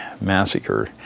Massacre